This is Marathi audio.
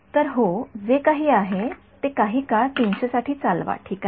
तर होय जे काही आहे ते काही काळ ३00 साठी चालवा ठीक आहे